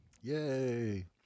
Yay